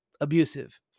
abusive